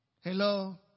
Hello